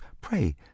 pray